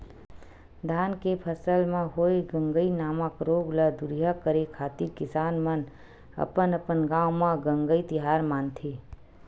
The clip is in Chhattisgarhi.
धान के फसल म होय गंगई नामक रोग ल दूरिहा करे खातिर किसान मन अपन अपन गांव म गंगई तिहार मानथे